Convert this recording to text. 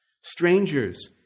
strangers